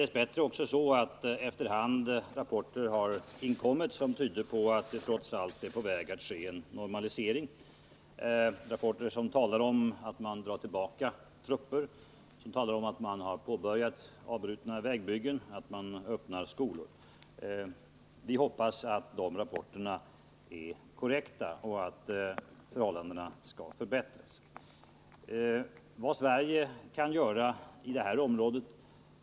Dess bättre har efter hand rapporter inkommit som tyder på att det trots allt är på väg att ske en normalisering, rapporter som talar om att man drar tillbaka trupper, att man har påbörjat avbrutna vägbyggen igen och att man öppnar skolor. Vi hoppas att dessa rapporter är korrekta och att förhållandena skall förbättras. Vad kan Sverige göra i detta område?